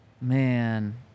man